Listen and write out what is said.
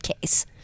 case